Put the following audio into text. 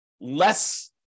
less